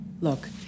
Look